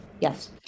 Yes